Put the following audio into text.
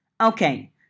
Okay